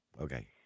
okay